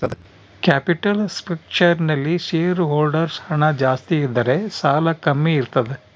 capital structure ನಲ್ಲಿ share holders ಹಣ ಜಾಸ್ತಿ ಇದ್ದರೆ ಸಾಲ ಕಮ್ಮಿ ಇರ್ತದ